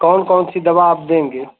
कौन कौन सी दवा आप देंगे